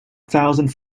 thousand